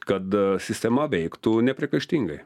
kad sistema veiktų nepriekaištingai